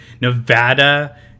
Nevada